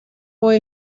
boy